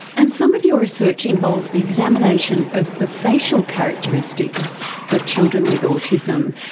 and some of your research involves the examination of the facial characteristics of children with autism.